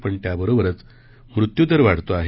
पण त्या बरोबर मृत्यूदर वाढतो आहे